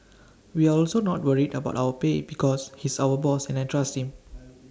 we are also not worried about our pay because he's our boss and I trust him